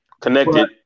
connected